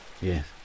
Yes